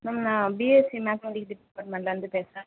ma'am நான் BSc mathematic டிப்பார்ட்மென்ட்லருந்து பேசுகிறேன்